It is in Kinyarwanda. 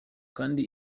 kandi